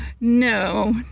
No